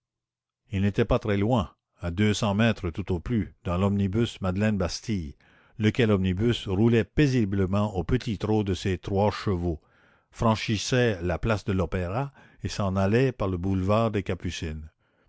il n'était pas très loin à deux cents mètres tout au plus dans l'omnibus madeleine bastille lequel omnibus roulait paisiblement au petit trot de ses trois chevaux franchissait la place de l'opéra et s'en allait par le boulevard des capucines